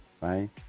Right